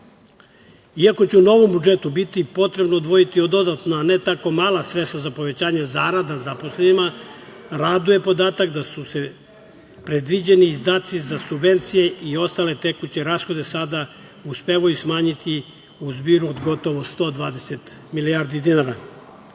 će u novom budžetu biti potrebno odvojiti dodatna ne tako mala sredstva za povećanje zarada zaposlenima, raduje podatak da su se predviđeni izdaci za subvencije i ostale tekuće rashode sada uspevaju smanjiti u zbiru od gotovo 120 milijardi dinara.U